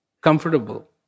comfortable